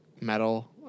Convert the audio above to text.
metal